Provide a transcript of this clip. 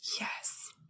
yes